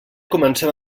comencem